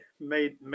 made